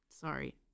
sorry